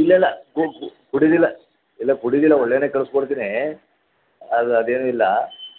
ಇಲ್ಲ ಇಲ್ಲ ಕುಡೀದಿಲ್ಲ ಇಲ್ಲ ಕುಡೀದಿಲ್ಲ ಒಳ್ಳೆಯವ್ನೇ ಕಳ್ಸಿ ಕೊಡ್ತೀನಿ ಅದು ಅದೇನೂ ಇಲ್ಲ